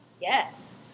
Yes